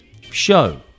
show